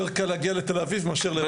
יותר קל להגיע לתל אביב מאשר לרמאללה.